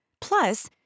Plus